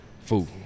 food